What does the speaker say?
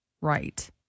right